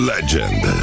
Legend